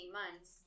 months